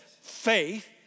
faith